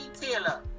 Taylor